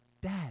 Dad